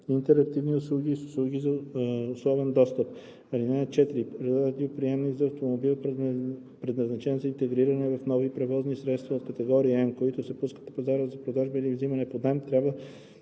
интерактивни услуги и с услуги за условен достъп. (4) Радиоприемник за автомобил, предназначен за интегриране в нови превозни средства от категория М, които се пускат на пазара за продажба или вземане под